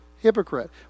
hypocrite